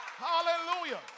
Hallelujah